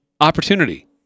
opportunity